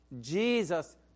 Jesus